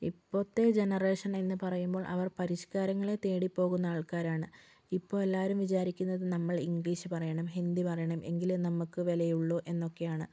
ഇപ്പോഴത്തെ ജനറേഷൻ എന്ന് പറയുമ്പോൾ അവർ പരിഷ്ക്കാരങ്ങളെ തേടിപ്പോകുന്ന ആൾക്കാരാണ് ഇപ്പോൾ എല്ലാവരും വിചാരിക്കുന്നത് നമ്മൾ ഇംഗ്ലീഷ് പറയണം ഹിന്ദി പറയണം എങ്കിലേ നമുക്ക് വിലയുള്ളു എന്നൊക്കെയാണ്